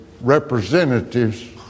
representatives